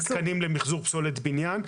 מתקנים למחזור פסולת בניין.